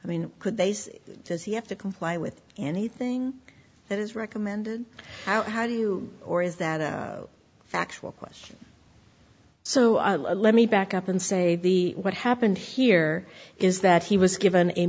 say does he have to comply with anything that is recommended how do you or is that a factual question so let me back up and say the what happened here is that he was given a